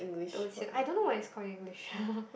I don't know what it's called in English